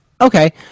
Okay